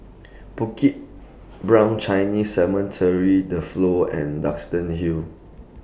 Bukit Brown Chinese Cemetery The Flow and Duxton Hill